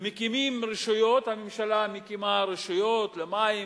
מקימים רשויות, הממשלה מקימה רשויות למים